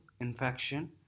infection